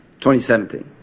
2017